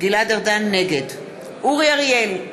נגד אורי אריאל,